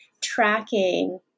tracking